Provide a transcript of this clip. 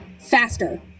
faster